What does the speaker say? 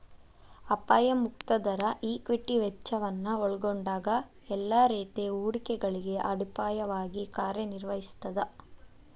ಅಪಾಯ ಮುಕ್ತ ದರ ಈಕ್ವಿಟಿ ವೆಚ್ಚವನ್ನ ಒಲ್ಗೊಂಡಂಗ ಎಲ್ಲಾ ರೇತಿ ಹೂಡಿಕೆಗಳಿಗೆ ಅಡಿಪಾಯವಾಗಿ ಕಾರ್ಯನಿರ್ವಹಿಸ್ತದ